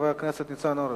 חבר הכנסת ניצן הורוביץ,